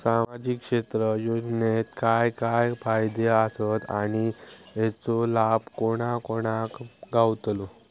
सामजिक क्षेत्र योजनेत काय काय फायदे आसत आणि हेचो लाभ कोणा कोणाक गावतलो?